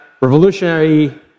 revolutionary